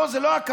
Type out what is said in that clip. זה בדיוק